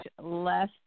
less